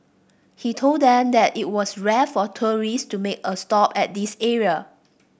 he told them that it was rare for tourist to make a stop at this area